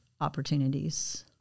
opportunities